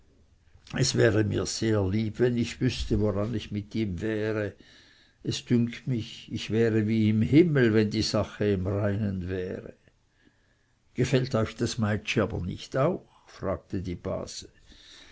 es wäre mir sehr lieb wenn ich wüßte woran ich mit ihm wäre es dünkt mich ich wäre wie im himmel wenn die sache im reinen wäre gefällt euch das meitschi aber nicht auch fragte die base